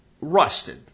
rusted